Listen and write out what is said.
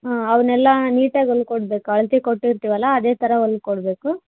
ಹಾಂ ಅವನ್ನೆಲ್ಲ ನೀಟ್ ಆಗಿ ಹೊಲ್ಕೊಡ್ಬೇಕ್ ಅಳ್ತೆ ಕೊಟ್ಟಿರ್ತೀವಲ್ಲ ಅದೇ ಥರ ಹೊಲ್ಕೊಡ್ಬೇಕು